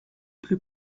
plus